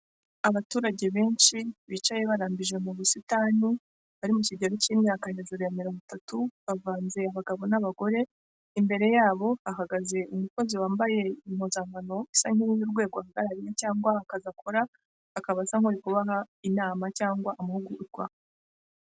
Abaturage benshi bicaye barambije mu busitani bari mu kigero cy'imyaka hejuru ya mirongo itatu, bavanze abagabo n'abagore, imbere yabo hahagaze umukozi wambaye impuzankano isa nk’iyu rwego ahagarariye cyangwa akazi akora, akaba asa nkaho ari kubaha inama cyangwa amahugurwa.